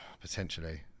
Potentially